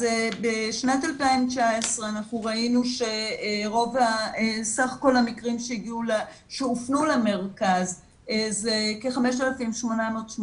אז בשנת 2019 אנחנו ראינו שסך כל המקרים שהופנו למרכז זה כ-5,889,